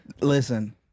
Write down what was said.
Listen